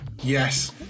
Yes